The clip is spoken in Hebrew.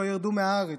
לא ירדו מהארץ,